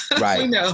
Right